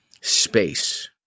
space